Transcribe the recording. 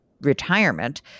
retirement